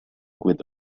with